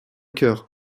cœur